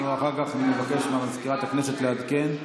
אנחנו אחר כך נבקש ממזכירת הכנסת לעדכן.